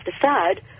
decide